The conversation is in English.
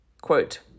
Quote